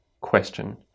question